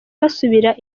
basubira